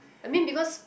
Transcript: I mean because